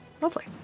Lovely